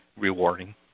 rewarding